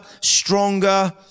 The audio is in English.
stronger